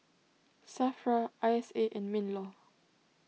Safra I S A and MinLaw